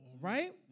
right